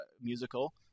musical